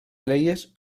leyes